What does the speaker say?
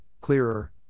clearer